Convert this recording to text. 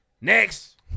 Next